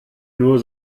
nur